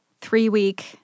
three-week